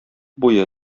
буе